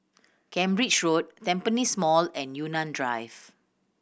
Cambridge Road Tampines Mall and Yunnan Drive